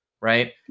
Right